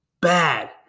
bad